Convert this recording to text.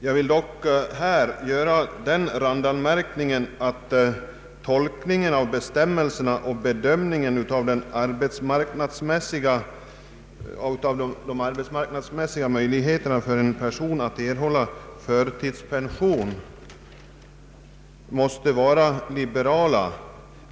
Jag vill dock göra den randanmärkningen att tolkningen av bestämmelserna och bedömningen av de arbetsmarknadsmässiga möjligheterna för en person att erhålla förtidspension bör vara liberal.